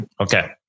Okay